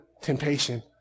temptation